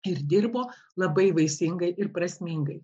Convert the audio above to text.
ir dirbo labai vaisingai ir prasmingai